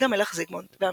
עמוד המלך זיגמונט והמבצר.